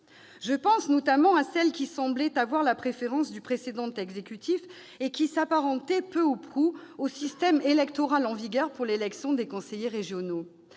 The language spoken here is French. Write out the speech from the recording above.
Je pense notamment à celle qui semblait avoir la préférence du précédent exécutif et qui s'apparentait, peu ou prou, au système en vigueur pour l'élection des conseillers régionaux.